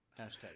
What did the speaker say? Hashtag